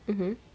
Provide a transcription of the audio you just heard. mmhmm